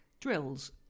drills